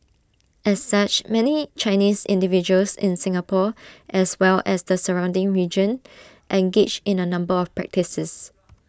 as such many Chinese individuals in Singapore as well as the surrounding region engage in A number of practices